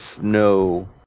no